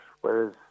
Whereas